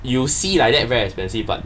you will see like that very expensive but